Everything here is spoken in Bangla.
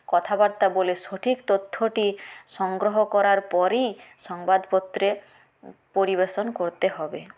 কথা বার্তা বলে সঠিক তথ্যটি সংগ্রহ করার পরই সংবাদপত্রে পরিবেশন করতে হবে